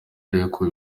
ariko